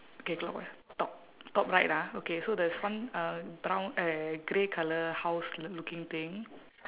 okay clockwise top top right ah okay so there's one uh brown uh grey colour house l~ looking thing